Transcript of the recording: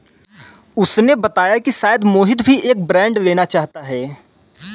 उसने बताया कि शायद मोहित भी एक बॉन्ड लेना चाहता है